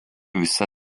visa